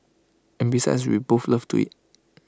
and besides we both love to eat